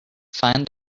find